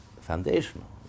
foundational